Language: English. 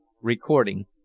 Recording